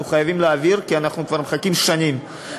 אנחנו חייבים להעביר, כי אנחנו כבר מחכים שנים.